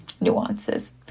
nuances